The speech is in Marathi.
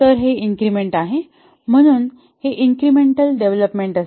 तर हे इन्क्रिमेंट आहे म्हणून हे इन्क्रिमेंटल डेव्हलपमेंट असते